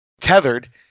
tethered